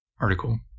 article